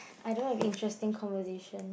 I don't have interesting conversation